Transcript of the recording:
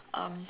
um